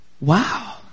wow